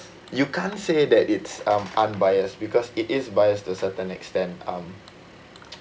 you can't say that it's um unbiased because it is biased to a certain extent um